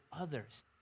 others